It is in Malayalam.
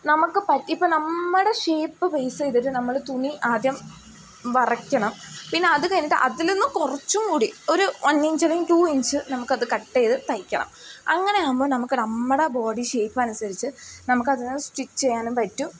നമുക്ക് പറ്റി ഇപ്പം നമ്മുടെ ഷേപ്പ് ബേസ് ചെയ്തിട്ട് നമ്മൾ തുണി ആദ്യം വരയ്ക്കണം പിന്നെ അതു കഴിഞ്ഞിട്ട് അതിൽ നിന്നു കുറച്ചും കൂടി ഒരു വൺ ഇഞ്ച് അല്ലെങ്കിൽ ടു ഇഞ്ച് നമുക്കത് കട്ട് ചെയ്ത് തയ്ക്കണം അങ്ങനെ ആകുമ്പോൾ നമുക്ക് നമ്മുടെ ബോഡി ഷേപ്പ് അനുസരിച്ച് നമുക്കതിനെ സ്റ്റിച്ച് ചെയ്യാനും പറ്റും